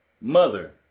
Mother